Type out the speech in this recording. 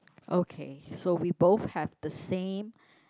okay so we both have the same